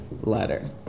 letter